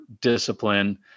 discipline